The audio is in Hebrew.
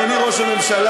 אדוני ראש הממשלה,